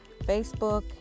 Facebook